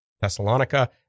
Thessalonica